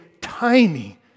tiny